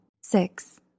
Six